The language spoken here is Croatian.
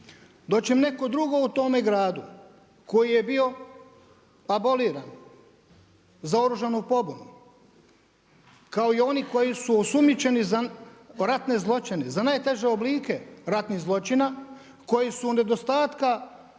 Dočim neko drugo u tome gradu koji je bio aboliran za oružanu pobunu, kao i oni koji su osumnjičeni za ratne zločine, za najteže oblike ratnih zločina koji su u nedostatku